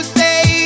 say